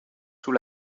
sous